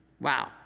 Wow